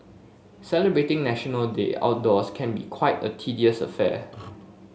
celebrating National Day outdoors can be quite a tedious affair